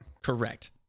Correct